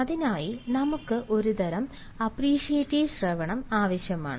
അതിനായി നമുക്ക് ഒരുതരം അപ്പ്രീഷിയേറ്റീവ് ശ്രവണം ആവശ്യമാണ്